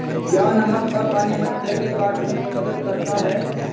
क्या नमक का पानी मच्छर के काटने में मदद करता है?